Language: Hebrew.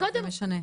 זה ודאי משנה.